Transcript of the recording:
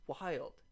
wild